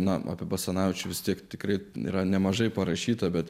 na apie basanavičius tiek tikrai yra nemažai parašyta bet